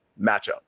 matchup